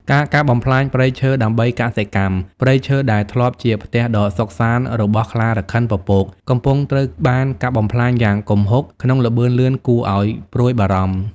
ការកាប់បំផ្លាញព្រៃឈើដើម្បីកសិកម្ម ព្រៃឈើដែលធ្លាប់ជាផ្ទះដ៏សុខសាន្តរបស់ខ្លារខិនពពក កំពុងត្រូវបានកាប់បំផ្លាញយ៉ាងគំហុកក្នុងល្បឿនលឿនគួរឲ្យព្រួយបារម្ភ។